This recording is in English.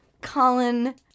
Colin